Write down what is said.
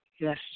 Yes